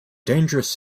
dangerous